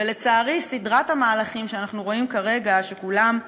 ולצערי, סדרת המהלכים שאנחנו רואים כרגע, שכולם,